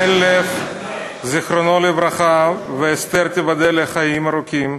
בן לב, זיכרונו לברכה, ואסתר, תיבדל לחיים ארוכים,